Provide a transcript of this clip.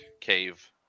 cave